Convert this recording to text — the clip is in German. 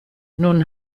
nun